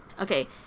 Okay